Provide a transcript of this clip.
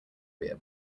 beer